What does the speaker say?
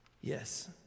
Yes